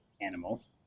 animals